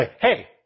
hey